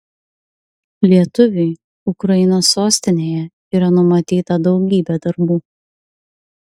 lietuviui ukrainos sostinėje yra numatyta daugybė darbų